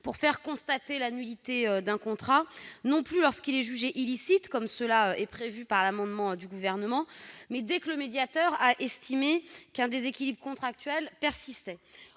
pour faire constater la nullité d'un contrat, non plus lorsqu'il est jugé illicite, comme le prévoit l'amendement du Gouvernement, mais dès que le médiateur a estimé qu'un déséquilibre contractuel persistait.